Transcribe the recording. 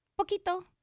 Poquito